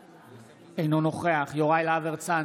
אינו נוכח יוראי להב הרצנו,